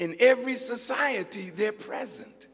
in every society there present